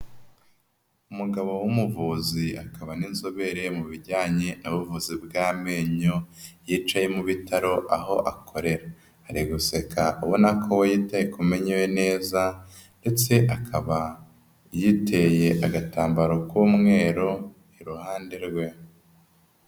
Umugabo w'umuvuzi akaba n'inzobere mu bijyanye ubuvuzi bw'amenyo, yicaye mu bitaro aho akorera, ari guseka ubona ko yitaye kumenyo ye neza ndetse akaba yiteye agatambaro k'umweru iruhande rwe.